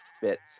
bits